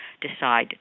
decide